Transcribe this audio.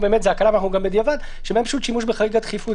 בנוסף, אין הגבלה על יציאה לאותו יישוב.